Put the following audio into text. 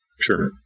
Sure